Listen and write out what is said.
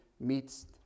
meets